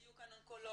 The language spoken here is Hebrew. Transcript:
היו כאן אונקולוגים,